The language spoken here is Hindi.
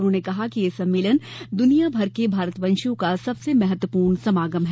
उन्होंने कहा कि यह सम्मेलन दुनियाभर के भारतवंशियों का सबसे महत्वपूर्ण समागम है